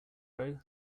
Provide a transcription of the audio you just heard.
row